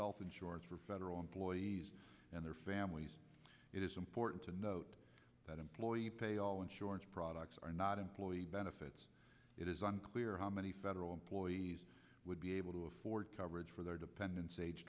health insurance for federal employees and their families it is important to note that employee pay all insurance products are not employee benefits it is unclear how many federal employees would be able to afford coverage their dependents age